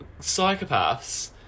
psychopaths